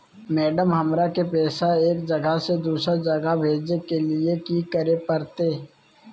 Madam, हमरा के पैसा एक जगह से दुसर जगह भेजे के लिए की की करे परते?